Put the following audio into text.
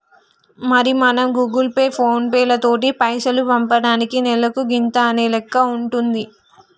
మరి మనం Google Pay ఫోన్ పేలతోటి పైసలు పంపటానికి నెలకు గింత అనే లెక్క ఉంటుంది